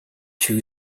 too